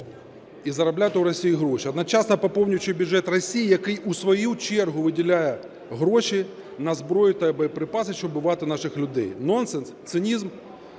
і заробляти у Росії гроші, одночасно поповнюючи бюджет Росії, який у свою чергу виділяє гроші на зброю та боєприпаси, щоб убивати наших людей. Нонсенс, цинізм?